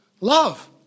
love